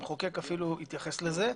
המחוקק אפילו התייחס לזה.